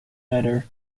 better